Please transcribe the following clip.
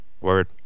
Word